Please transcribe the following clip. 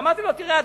ואמרתי לו: תראה,